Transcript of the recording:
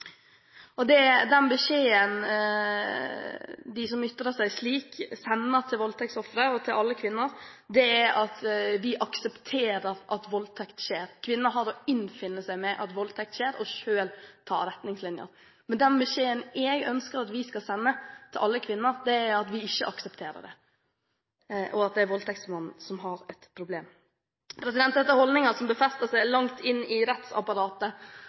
oppførselen sin. Den beskjeden de som ytrer seg slik, sender til voldtektsofferet og til alle kvinner, er at de aksepterer at voldtekt skjer, og at kvinner har å avfinne seg med at voldtekt skjer, og at de må ha sine egne retningslinjer. Den beskjeden jeg ønsker at vi skal sende til alle kvinner, er at vi ikke aksepterer det, og at det er voldtektsmannen som har et problem. Dette er holdninger som befester seg langt inn i rettsapparatet.